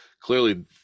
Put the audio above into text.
clearly